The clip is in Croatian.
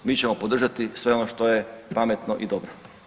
Mi ćemo podržati sve ono što je pametno i dobro.